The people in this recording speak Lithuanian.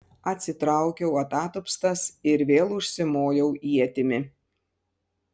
atsitraukiau atatupstas ir vėl užsimojau ietimi